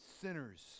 sinners